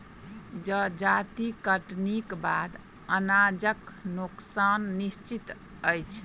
जजाति कटनीक बाद अनाजक नोकसान निश्चित अछि